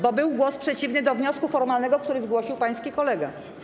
Bo był to głos przeciwny do wniosku formalnego, który zgłosił pański kolega.